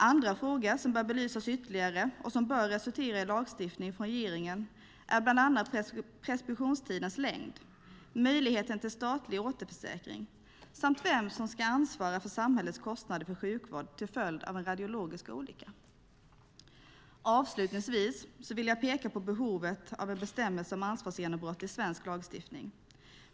Andra frågor som bör belysas ytterligare och resultera i lagstiftning från regeringen är bland annat preskriptionstidens längd, möjligheten till statlig återförsäkring samt vem som ska ansvara för samhällets kostnader för sjukvård till följd av en radiologisk olycka. Avslutningsvis vill jag peka på behovet av en bestämmelse om ansvarsgenombrott i svensk lagstiftning.